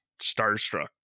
starstruck